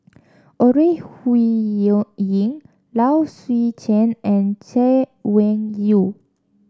Ore Low Swee Chen and Chay Weng Yew